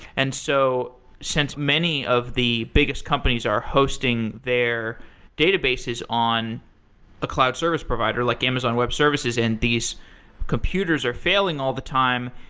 and so since many of the biggest companies are hosting their databases on a cloud service provider, like amazon web services, and these computers are failing all the time,